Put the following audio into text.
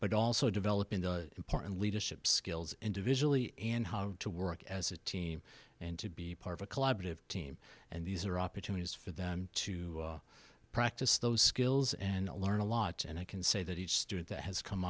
but also developing the important leadership skills individually and how to work as a team and to be part of a collaborative team and these are opportunities for them to practice those skills and learn a lot and i can say that each student that has come